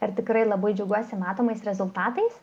ar tikrai labai džiaugiuosi matomais rezultatais